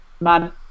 Man